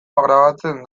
grabatzen